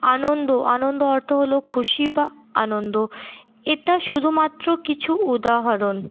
আনন্দ আনন্দ অর্থ হলো খুশি বা আনন্দ এটা শুধুমাত্র কিছু উদাহরণ